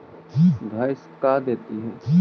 भैंस का देती है?